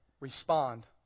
Respond